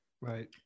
Right